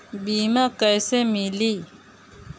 बीमा कैसे मिली?